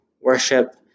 worship